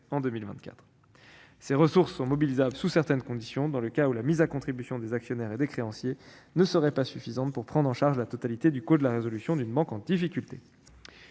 en 2024. Ces ressources sont mobilisables sous certaines conditions dans le cas où la mise à contribution des actionnaires et des créanciers ne serait pas suffisante pour prendre en charge la totalité du coût de la résolution d'une banque en difficulté.